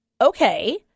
okay